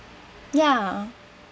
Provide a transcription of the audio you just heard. ya